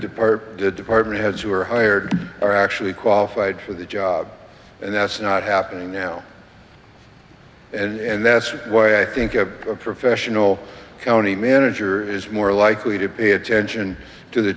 part department heads who were hired are actually qualified for the job and that's not happening now and that's why i think a professional county manager is more likely to pay attention to the